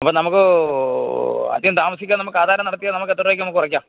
അപ്പം നമുക്ക് അധികം താമസിയാതെ നമുക്ക് ആധാരം നടത്തിയാല് നമുക്ക് എത്ര രൂപയ്ക്ക് നമുക്ക് കുറയ്ക്കാം